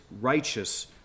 righteous